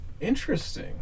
interesting